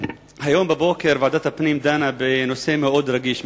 היום בבוקר דנה ועדת הפנים בנושא מאוד רגיש,